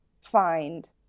find